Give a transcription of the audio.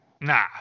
Nah